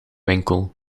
winkel